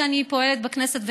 שאני פועלת בו בכנסת,